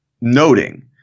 noting